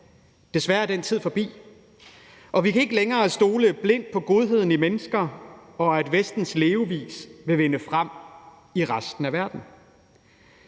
Desværre er den tid forbi, og vi kan ikke længere stole blindt på godheden i mennesker, og at Vestens levevis vil vinde frem i resten af verden.